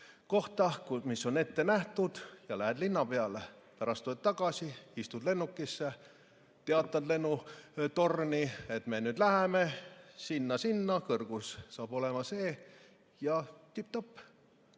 kohta, mis on ette nähtud, ja lähed linna peale, pärast tuled tagasi, istud lennukisse, teatad lennutorni, et me läheme nüüd sinna-sinna, kõrgus saab olema see, ja tipp-topp.